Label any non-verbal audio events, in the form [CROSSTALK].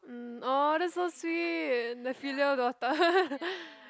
mm oh that's so sweet the filial daughter [LAUGHS]